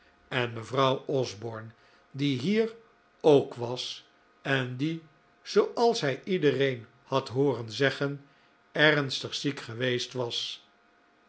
en mevrouw osborne die hier ook was en die zooals hij iedereen had hooren zeggen ernstig ziek geweest was